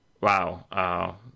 Wow